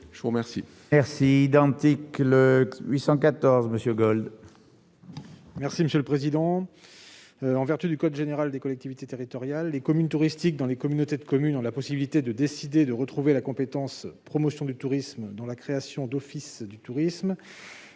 je vous remercie